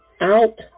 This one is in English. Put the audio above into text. out